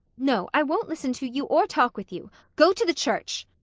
no, i won't listen to you or talk with you. go to the church!